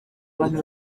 abantu